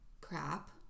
crap